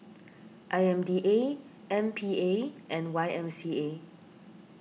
I M D A M P A and Y M C A